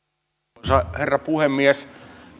arvoisa herra puhemies